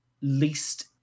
least